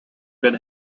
been